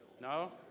No